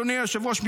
אדוני היושב-ראש,